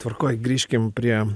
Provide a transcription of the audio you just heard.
tvarkoj grįžkim prie